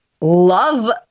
love